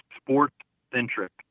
sports-centric